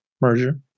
merger